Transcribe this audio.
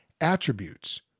attributes